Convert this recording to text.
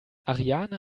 ariane